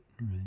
Right